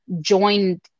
joined